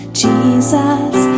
jesus